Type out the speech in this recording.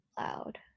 loud